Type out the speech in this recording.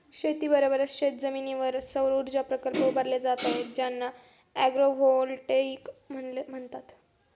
शेतीबरोबरच शेतजमिनीवर सौरऊर्जा प्रकल्प उभारले जात आहेत ज्यांना ॲग्रोव्होल्टेईक म्हणतात